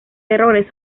errores